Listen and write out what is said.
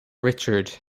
richard